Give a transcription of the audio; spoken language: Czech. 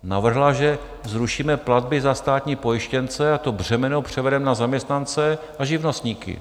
Navrhla, že zrušíme platby za státní pojištěnce a to břemeno převedeme na zaměstnance a živnostníky.